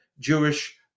Jewish